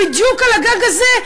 בדיוק על הגג הזה,